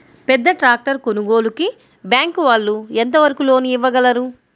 పెద్ద ట్రాక్టర్ కొనుగోలుకి బ్యాంకు వాళ్ళు ఎంత వరకు లోన్ ఇవ్వగలరు?